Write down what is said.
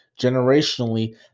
generationally